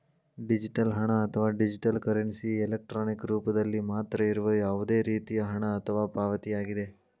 digital ಹಣ, ಅಥವಾ digital currency, electronic ರೂಪದಲ್ಲಿ ಮಾತ್ರ ಇರುವ ಯಾವುದೇ ರೇತಿಯ ಹಣ ಅಥವಾ ಪಾವತಿಯಾಗಿದೆ